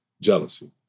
jealousy